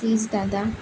please Dada